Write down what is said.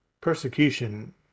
persecution